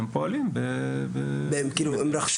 של המוסד